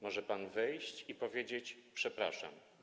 Może pan wyjść i powiedzieć: przepraszam.